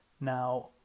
Now